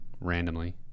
randomly